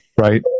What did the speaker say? right